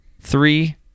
three